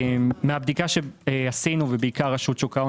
מהבדיקה שעשינו ובעיקר רשות שוק ההון